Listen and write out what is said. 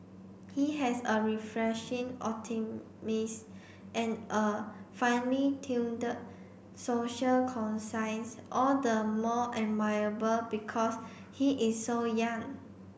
he has a refreshing optimist and a finely tuned social conscience all the more admirable because he is so young